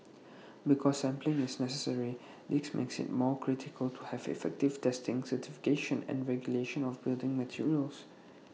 because sampling is necessary this makes IT more critical to have effective testing certification and regulation of building materials